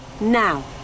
Now